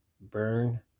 burn